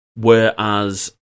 Whereas